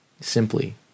simply